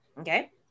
Okay